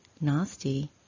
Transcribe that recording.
Nasty